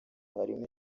harimo